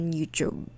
YouTube